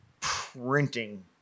printing